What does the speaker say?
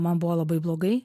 man buvo labai blogai